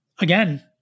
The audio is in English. again